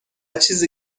چیزی